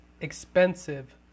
expensive